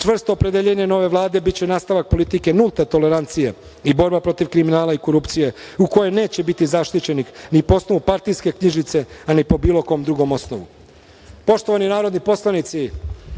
opredeljenje nove Vlade biće nastavak politike nulte tolerancije i borba protiv kriminala i korupcije u kojoj neće biti zaštićenih ni po osnovu partijske knjižice, a ni po bilo kom drugom osnovu. Poštovani narodni poslanici,